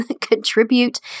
Contribute